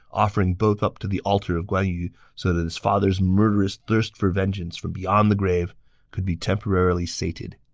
offering both up to the altar of guan yu so that his father's murderous thirst for vengeance from beyond the grave could be temporarily sated.